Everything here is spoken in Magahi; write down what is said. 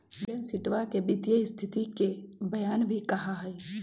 बैलेंस शीटवा के वित्तीय स्तिथि के बयान भी कहा हई